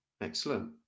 excellent